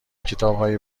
کتابهای